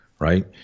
Right